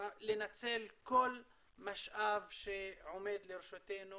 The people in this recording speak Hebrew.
לנצל כל משאב שעומד לרשותנו